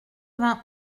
vingt